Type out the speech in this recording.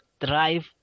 drive